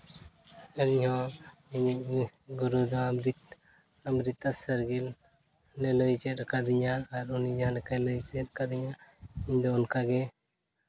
ᱤᱧᱦᱚᱸ ᱤᱧᱤᱡ ᱜᱩᱨᱩᱫᱚ ᱚᱢᱨᱤᱛᱟ ᱥᱟᱹᱨᱜᱤᱞ ᱞᱟᱹᱭ ᱪᱮᱫ ᱠᱟᱹᱫᱤᱧᱟ ᱟᱨ ᱩᱱᱤ ᱡᱟᱦᱟᱸ ᱞᱮᱠᱟᱭ ᱞᱟᱹᱭ ᱪᱮᱫ ᱠᱟᱹᱫᱤᱧᱟᱹ ᱤᱧᱫᱚ ᱚᱱᱠᱟᱜᱮ